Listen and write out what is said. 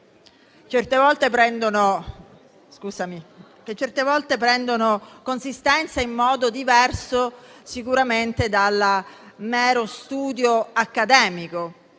certe volte prendono consistenza in modo diverso dal mero studio accademico.